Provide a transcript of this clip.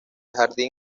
jardín